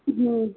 हम्म